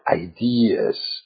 ideas